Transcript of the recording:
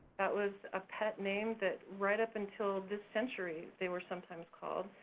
that was a pet name that right up until this century they were sometimes called,